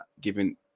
giving